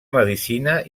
medicina